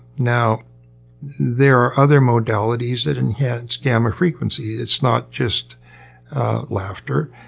now there are other modalities that enhance gamma frequency. it's not just laughter.